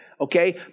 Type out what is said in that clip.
Okay